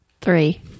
Three